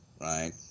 right